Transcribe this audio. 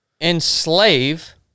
enslave